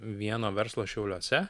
vieno verslo šiauliuose